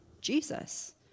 Jesus